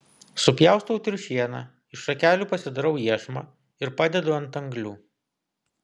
supjaustau triušieną iš šakelių pasidarau iešmą ir padedu ant anglių